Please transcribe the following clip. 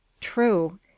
True